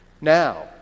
Now